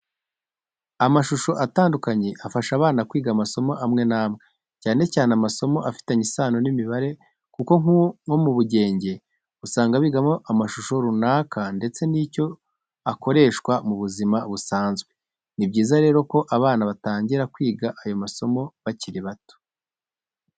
Amashusho atandukanye afasha abana kwiga amasomo amwe n'amwe, cyane cyane amasomo afitanye isano n'imibare kuko nko mu bugenge, usanga bigamo amashusho runaka ndetse n'icyo akoreshwa mu buzima busanzwe. Ni byiza rero ko abana batangira kwiga aya masomo bakiri bato.